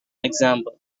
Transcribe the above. example